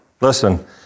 listen